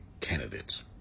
candidates